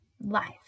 life